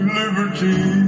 liberty